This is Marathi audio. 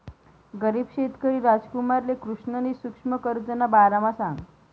गरीब शेतकरी रामकुमारले कृष्णनी सुक्ष्म कर्जना बारामा सांगं